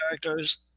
characters